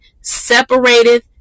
separated